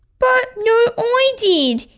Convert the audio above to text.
but. no i did!